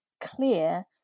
clear